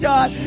God